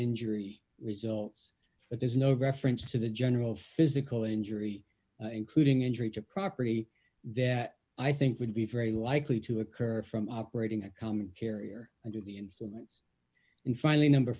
injury results but there's no reference to the general physical injury including injury to property that i think would be very likely to occur from operating a common carrier under the influence and finally number